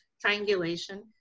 triangulation